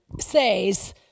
says